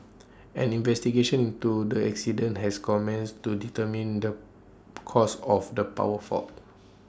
an investigation into the accident has commenced to determine the cause of the power fault